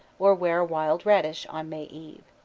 or wear wild radish, on may eve.